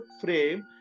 frame